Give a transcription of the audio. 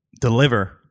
deliver